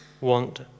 want